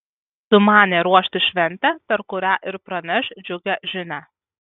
sumanė ruošti šventę per kurią ir praneš džiugią žinią